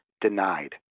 denied